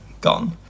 Gone